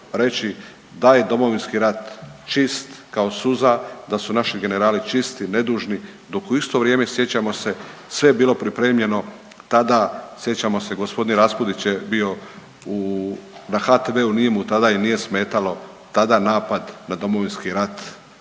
da je Domovinski rat čist kao suza, da su naši generali čisti, nedužni dok u isto vrijeme sjećamo se sve je bilo pripremljeno, tada sjećamo se gospodin Raspudić je bio na HTV-u nije mu tada i nije smetalo tada napad na Domovinski rat,